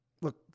look